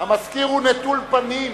המזכיר הוא נטול פנים.